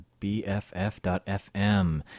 BFF.FM